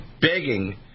begging